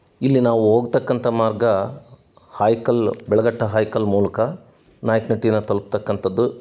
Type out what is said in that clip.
ಇಲ್ಲಿ ನಾವು ಹೋಗ್ತಕ್ಕಂತ ಮಾರ್ಗ ಹೈಕಲ್ ಬೆಳಗಟ್ಟ ಹೈಕಲ್ ಮೂಲಕ ನಾಯಕನಹಟ್ಟಿನ ತಲುಪತಕ್ಕಂಥದ್ದು